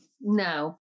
No